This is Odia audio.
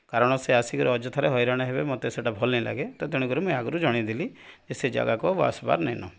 କାରଣ ସେ ଆସିକରି ଅଯଥାରେ ହଇରାଣ୍ ହେବେ ମତେ ସେଟା ଭଲ୍ ନାଇ ଲାଗେ ତେଣୁ କରି ମୁଇଁ ଆଗ୍ରୁ ଜଣେଇଦେଲି ଯେ ସେ ଜାଗାକୁ ଆଉ ଆସ୍ବାର୍ ନେଇନ